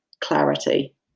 Clarity